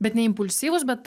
bet ne impulsyvūs bet